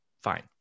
fine